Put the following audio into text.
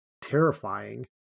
terrifying